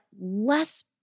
less